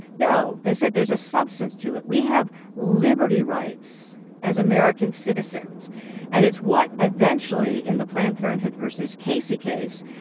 no, they said there's a substance to it. we have liberty rights as american citizens and it's what eventually in the planned parenthood v. casey case,